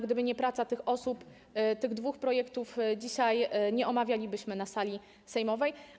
Gdyby nie praca tych osób, tych dwóch projektów dzisiaj nie omawialibyśmy na sali sejmowej.